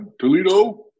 Toledo